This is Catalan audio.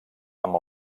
amb